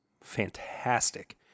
fantastic